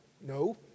no